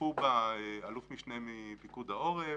השתתפו בה אלוף משנה מפיקוד העורף,